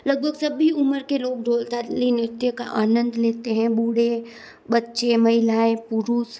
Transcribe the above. लगभग सभी उम्र के लोग ढोल थाली नृत्य का आनंद लेते हैं बूढ़े बच्चे महिलाएँ पुरुष